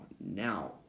now